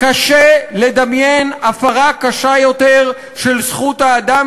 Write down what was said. קשה לדמיין הפרה קשה יותר של זכות האדם